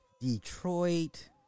Detroit